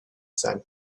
sand